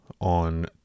On